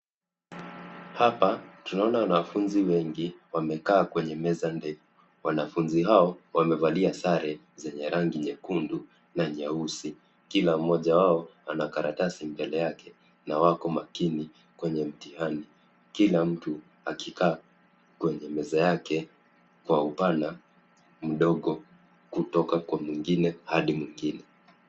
Hapa tunaona wanafunzi wengi wamekaa kwenye meza ndefu. Wanafunzi hao wamevalia sare zenye rangi nyekundu na nyeusi. Kila mmoja wao ana karatasi mbele yake na wako makini kwenye mtihani. Kila mtu akikaa kwenye meza yake kwa upana mdogo kutoka kwa mwingine hadi mwingine.